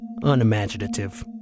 unimaginative